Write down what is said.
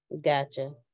Gotcha